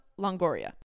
Longoria